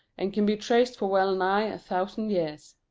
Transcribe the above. and can be traced for well nigh a thousand years.